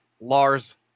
Lars